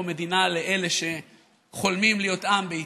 מדינה לאלה שחולמים להיות עם בהתהוות.